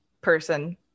person